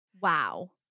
Wow